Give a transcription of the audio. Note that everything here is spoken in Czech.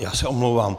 Já se omlouvám.